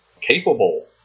capable